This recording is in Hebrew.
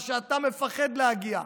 לאן שאתה מפחד להגיע,